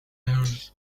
earth